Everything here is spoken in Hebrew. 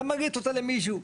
אתה מעביר אותה למישהו.